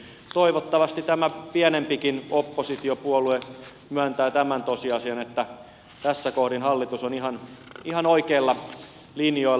toivottavasti tämä pienempikin oppositiopuolue myöntää tämän tosiasian että tässä kohdin hallitus on ihan oikeilla linjoilla